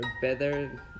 better